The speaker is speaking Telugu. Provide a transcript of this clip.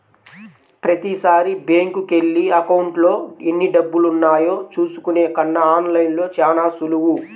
ప్రతీసారీ బ్యేంకుకెళ్ళి అకౌంట్లో ఎన్నిడబ్బులున్నాయో చూసుకునే కన్నా ఆన్ లైన్లో చానా సులువు